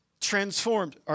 transformed